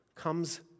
comes